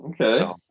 Okay